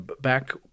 back